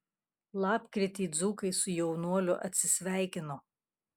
lapkritį dzūkai su jaunuoliu atsisveikino